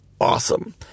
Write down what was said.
Awesome